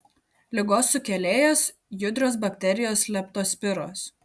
ligos sukėlėjas judrios bakterijos leptospiros